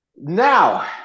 Now